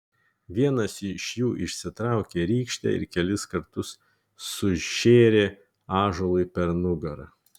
vienas iš jų išsitraukė rykštę ir kelis kartus sušėrė ąžuolui per nugarą